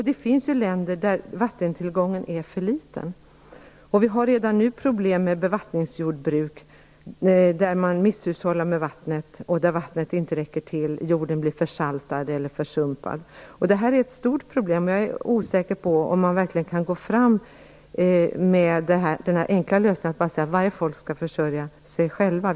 Det finns länder där vattentillgången är för liten. Redan nu har vi dessutom problem med bevattningsjordbruken där man misshushållar med vatten och där vattnet inte räcker till. Jorden räcker inte till utan blir försaltad eller försumpad. Detta är ett stort problem. Jag är osäker på om man verkligen kan gå fram med den enkla lösningen att bara säga att varje folk skall försörja sig självt.